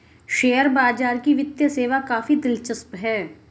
share बाजार की वित्तीय सेवा काफी दिलचस्प है